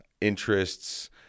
interests